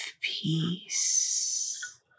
peace